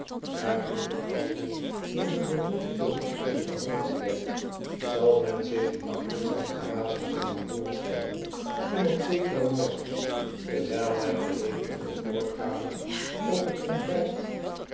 daar winkle aldus door den beroemden politicus behandeld werd zal men zich gemakkelijk zijn verbazing kunnen voorstelien toen op zekeren morgen terwijl hij alleen in de voorkamer op het ontbijt